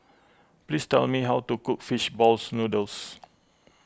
please tell me how to cook Fish Balls Noodles